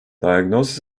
diagnosis